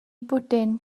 bwdin